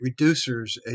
Reducers